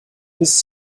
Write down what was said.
his